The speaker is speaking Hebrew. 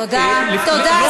תודה, תודה.